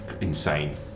insane